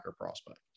prospect